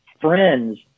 friends